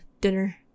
dinner